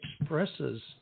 expresses